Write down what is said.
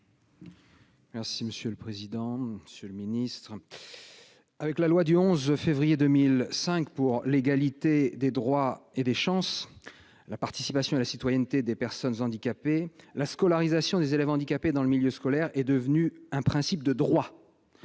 M. Olivier Paccaud, sur l'article. Avec la loi du 11 février 2005 pour l'égalité des droits et des chances, la participation et la citoyenneté des personnes handicapées, la scolarisation des élèves handicapés dans le milieu scolaire est devenue un principe de droit.